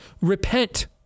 Repent